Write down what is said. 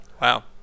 Wow